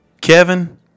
Kevin